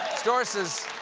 sources